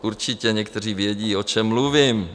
Určitě někteří vědí, o čem mluvím.